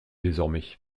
désormais